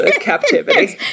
captivity